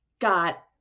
got